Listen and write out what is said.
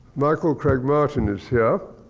michael craig-martin is here,